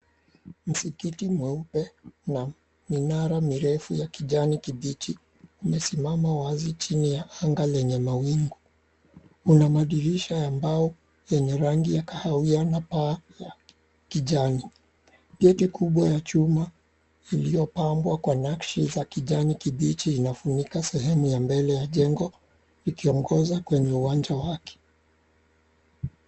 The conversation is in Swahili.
Msikiti mweupe na minara mirefu ya kijani kibichi imesimama wazi chini ya anga lenye mawingu. Kuna madirisha ya mbao yenye rangi ya kahawia na paa ya kijani. Geti Kubwa ya chuma iliyopambwa kwa Nakshi za kijani kibichi imefunika sehemu ya mbele ya jengo ikiongoza kwenye uwanja wake